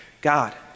God